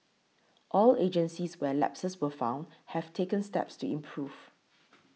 all agencies where lapses were found have taken steps to improve